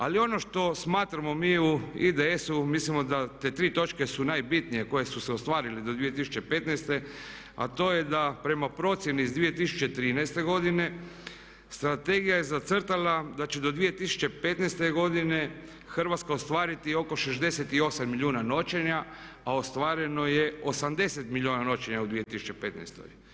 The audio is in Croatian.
Ali ono što smatramo mi u IDS-u, mislimo da te tri točke su najbitnije koje su se ostvarile do 2015. a to je da prema procjeni iz 2013. godine strategija je zacrtala da će do 2015. godine Hrvatska ostvariti oko 68 milijuna noćenja a ostvareno je 80 milijuna noćenja u 2015.